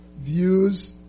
views